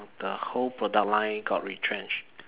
the whole product line got retrenched